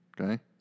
Okay